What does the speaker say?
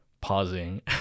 pausing